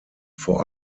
vor